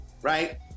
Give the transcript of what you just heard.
Right